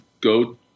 go